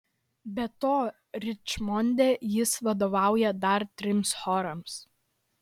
be to ričmonde jis vadovauja dar trims chorams